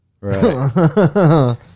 Right